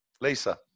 Lisa